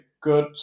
good